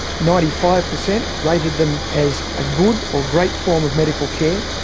ninety five percent rated them as a good or great form of medical care.